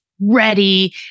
ready